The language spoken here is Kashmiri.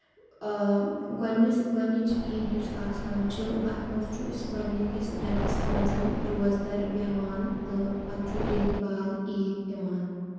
اۭں گۄڈٕنیس گۄڈنِچ عیٖد یُس آسان چھُ اَتھ منٛز چھُ أسۍ گۄڈنِکِس رٮ۪تَس منٛز روزدَر بیٚہوان تہٕ پَتہٕ چھُ ریٚتہِ باد عیٖد یِوان